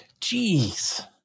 Jeez